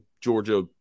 Georgia